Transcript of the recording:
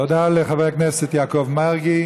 תודה לחבר הכנסת יעקב מרגי.